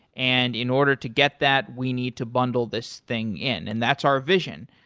and in order to get that, we need to bundle this thing in, and that's our vision.